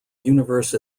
universe